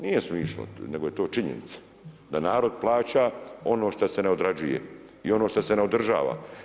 Nije smišno, nego je to činjenica da narod plaća ono šta se ne odrađuje i ono šta se ne održava.